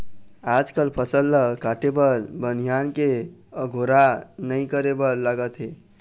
आजकाल फसल ल काटे बर बनिहार के अगोरा नइ करे बर लागत हे